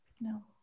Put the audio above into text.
no